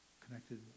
connected